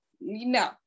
No